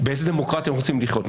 באיזה דמוקרטיה אנחנו רוצים לחיות,